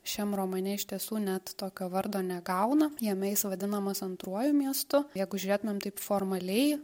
šiam romane iš tiesų net tokio vardo negauna jame jis vadinamas antruoju miestu jeigu žiūrėtumėm taip formaliai